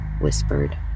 whispered